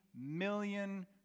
million